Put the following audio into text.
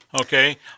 okay